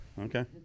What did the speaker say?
Okay